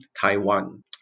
Taiwan